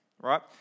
right